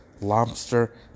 lobster